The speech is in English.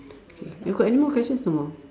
K you got any more questions no more